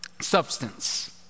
substance